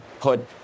put